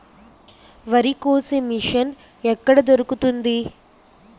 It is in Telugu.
వరి కోసే మిషన్ ఎక్కడ దొరుకుతుంది?